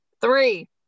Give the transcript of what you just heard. three